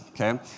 okay